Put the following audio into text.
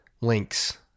links